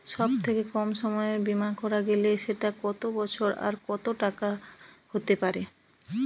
সব থেকে কম সময়ের বীমা করা গেলে সেটা কত বছর আর কত টাকার হতে পারে?